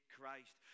Christ